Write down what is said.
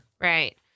Right